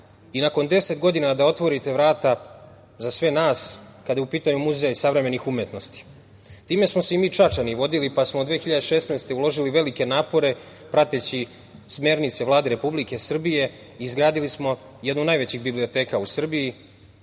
i nakon 10 godina da otvorite vrata za sve nas kada je u pitanju Muzej savremene umetnosti. Time smo se i mi Čačani vodili, pa smo 2016. godine uložili velike napore prateći smernice Vlade Republike Srbije, izgradili smo jednu od najvećih biblioteka u Srbiji,